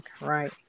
right